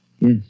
Yes